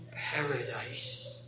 paradise